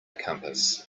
compass